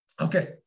Okay